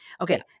okay